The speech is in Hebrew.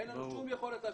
אין לנו שום יכולת לאשר,